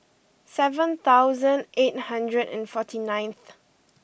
seven thousand eight hundred and forty ninth